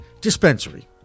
dispensary